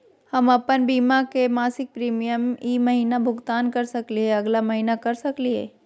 हम अप्पन बीमा के मासिक प्रीमियम ई महीना महिना भुगतान कर सकली हे, अगला महीना कर सकली हई?